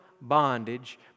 bondage